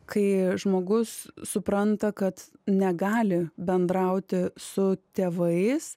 kai žmogus supranta kad negali bendrauti su tėvais